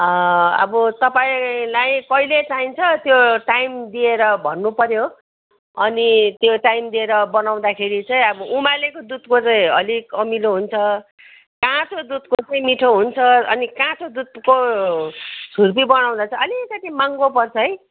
अब तपाईँलाई कहिले चाहिन्छ त्यो टाइम दिएर भन्नु पऱ्यो अनि त्यो टाइम दिएर बनाउँदाखेरि चाहिँ अब उमालेको दुधको चाहिँ अलिक अमिलो हुन्छ काँचो दुधको चाहिँ मिठो हुन्छ अनि काँचो दुधको छुर्पी बनाउँदा चाहिँ अलिकति महँगो पर्छ है